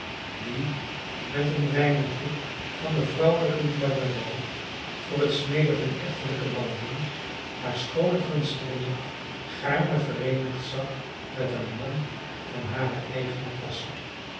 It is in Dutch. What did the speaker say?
die met een weinigje van de vrouwelijke liefhebberij voor het smeden van echtelijke banden hare schoone gunstelinge gaarne vereenigd zag met een man van hare eigene klasse